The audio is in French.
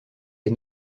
est